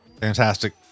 Fantastic